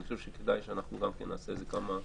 אני חושב שכדאי שגם אנחנו נעשה כמה.